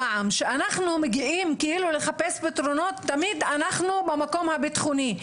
כשאנחנו מגיעים לחפש פתרונות אנחנו מגיעים למקום הביטחוני.